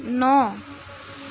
ন